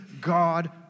God